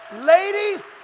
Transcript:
ladies